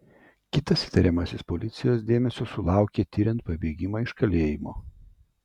kitas įtariamasis policijos dėmesio sulaukė tiriant pabėgimą iš kalėjimo